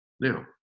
Now